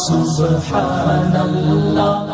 Subhanallah